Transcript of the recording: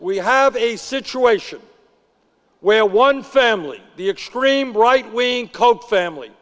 we have a situation where one family the extreme right wing koch family